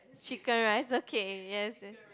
chicken rice okay yes yes